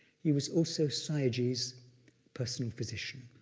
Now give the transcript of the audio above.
he was also sayagyi's personal physician.